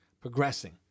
Progressing